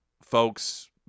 folks